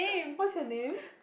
what's your name